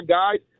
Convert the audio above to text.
guys